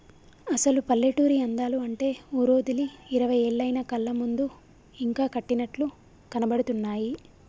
అసలు పల్లెటూరి అందాలు అంటే ఊరోదిలి ఇరవై ఏళ్లయినా కళ్ళ ముందు ఇంకా కట్టినట్లు కనబడుతున్నాయి